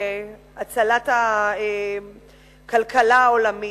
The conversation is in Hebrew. הצלת הכלכלה העולמית,